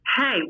hey